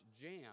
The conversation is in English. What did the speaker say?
jam